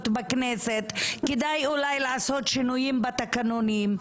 בכנסת כדאי אולי לעשות שינויים בתקנונים.